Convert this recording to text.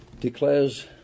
declares